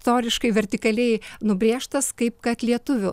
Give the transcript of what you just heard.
toriškai vertikaliai nubrėžtas kaip kad lietuvių